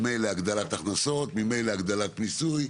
ואז ממילא הגדלת הכנסות והגדלת מיסוי,